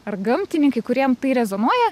ar gamtininkai kuriem tai rezonuoja